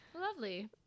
Lovely